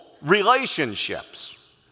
relationships